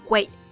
Wait